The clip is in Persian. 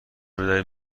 بدهید